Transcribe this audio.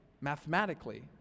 mathematically